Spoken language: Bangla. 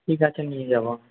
ঠিক আছে নিয়ে যাব